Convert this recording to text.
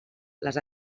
les